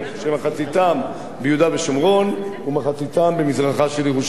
שמחציתם ביהודה ושומרון ומחציתם במזרחה של ירושלים.